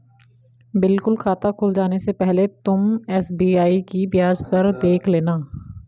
बिल्कुल खाता खुल जाने से पहले तुम एस.बी.आई की ब्याज दर देख लेना